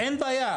אין בעיה.